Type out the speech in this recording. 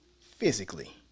physically